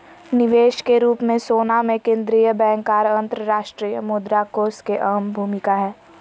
निवेश के रूप मे सोना मे केंद्रीय बैंक आर अंतर्राष्ट्रीय मुद्रा कोष के अहम भूमिका हय